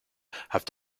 have